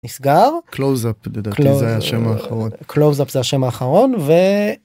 נסגר? -קלוז-אפ, לדעתי זה היה השם האחרון. -קלוז-אפ זה השם האחרון, ו...